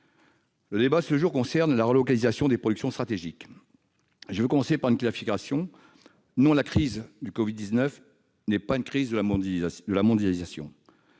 Le débat d'aujourd'hui porte sur la relocalisation des productions stratégiques. Je veux commencer mon propos par une clarification : la crise du Covid-19 n'est pas une crise de la mondialisation.